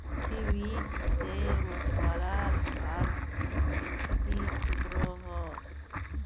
seaweed से मछुवारार अआर्थिक स्तिथि सुधरोह